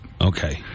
Okay